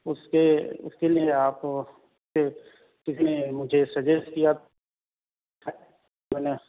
اس کے اس کے لیے آپ کے کسی نے مجھے سجیسٹ کیا تھا میں نے